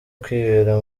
kwibera